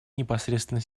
непосредственно